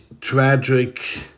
tragic